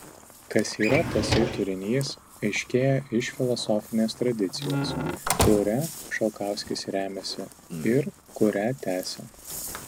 kas yra tasai turinys aiškėja iš filosofinės tradicijos kuria šalkauskis remiasi ir kurią tęsia